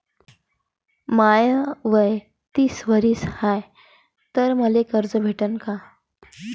माय वय तीस वरीस हाय तर मले कर्ज भेटन का?